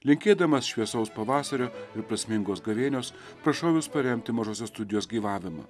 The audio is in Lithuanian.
linkėdamas šviesaus pavasario ir prasmingos gavėnios prašau jus paremti mažosios studijos gyvavimą